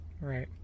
Right